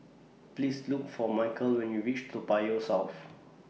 Please Look For Micheal when YOU REACH Toa Payoh South